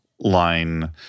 line